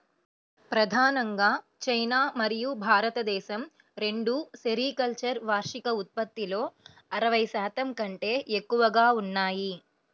ప్రధానంగా చైనా మరియు భారతదేశం రెండూ సెరికల్చర్ వార్షిక ఉత్పత్తిలో అరవై శాతం కంటే ఎక్కువగా ఉన్నాయి